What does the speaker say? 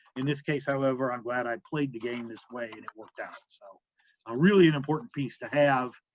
in this case, however, i'm glad i played the game this way and it worked out, so really an important piece to have,